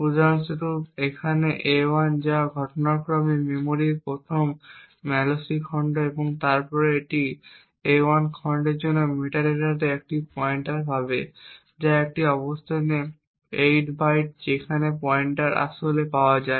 উদাহরণস্বরূপ এখানে a1 যা ঘটনাক্রমে মেমরির প্রথম malloc খণ্ড এবং তারপর এটি a1 খণ্ডের জন্য মেটাডেটাতে একটি পয়েন্টার পাবে যা একটি অবস্থানে 8 বাইট যেখানে পয়েন্টারটি আসলে পাওয়া যায়